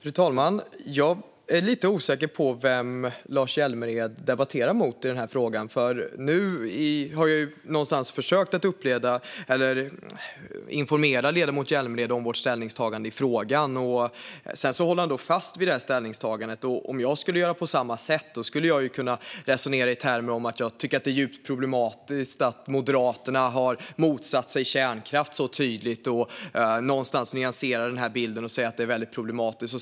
Fru talman! Jag är lite osäker på vem Lars Hjälmered debatterar mot i denna fråga. Nu har jag försökt informera ledamoten Hjälmered om vårt ställningstagande i frågan. Sedan håller han fast vid sitt ställningstagande. Om jag skulle göra på samma sätt skulle jag kunna resonera i termer av att jag tycker att det är djupt problematiskt att Moderaterna tydligt har motsatt sig kärnkraft. Någonstans skulle jag kunna nyansera den bilden och säga att det är väldigt problematiskt.